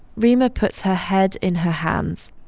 reema puts her head in her hands.